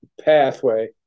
pathway